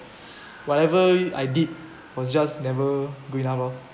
whatever I did was just never going up lor